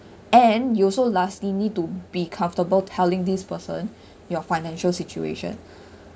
and you also lastly need to be comfortable telling this person your financial situation